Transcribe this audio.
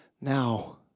now